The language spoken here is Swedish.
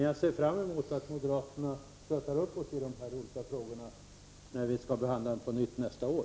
Jag ser fram mot att moderaterna stöttar oss när de här frågorna behandlas på nytt nästa år.